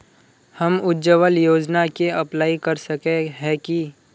हम उज्वल योजना के अप्लाई कर सके है की?